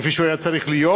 כפי שהוא היה צריך להיות,